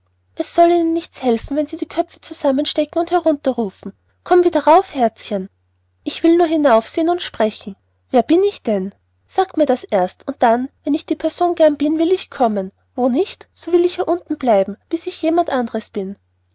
es soll ihnen nichts helfen wenn sie die köpfe zusammenstecken und herunter rufen komm wieder herauf herzchen ich will nur hinauf sehen und sprechen wer bin ich denn sagt mir das erst und dann wenn ich die person gern bin will ich kommen wo nicht so will ich hier unten bleiben bis ich jemand anderes bin